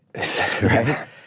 right